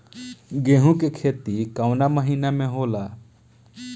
गेहूँ के खेती कवना महीना में होला?